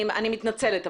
אני מתנצלת,